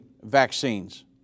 vaccines